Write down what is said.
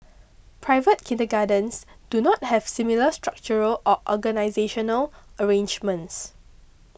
private kindergartens do not have similar structural or organisational arrangements